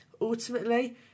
Ultimately